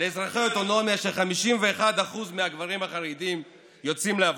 לאזרחי האוטונומיה ש-51% מהגברים החרדים יוצאים לעבודה,